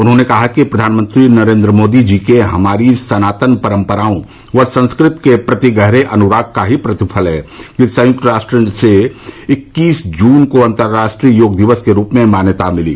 उन्होंने कहा कि प्रधानमंत्री नरेन्द्र मोदी जी के हमारी सनातन परम्पराओं व संस्कृति के प्रति गहरे अनुराग का ही प्रतिफल है कि संयुक्त राष्ट्र से इक्कीस जून को अन्तर्राष्ट्रीय योग दिवस के रूप में मान्यता मिली